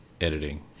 editing